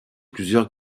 plusieurs